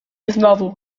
znowu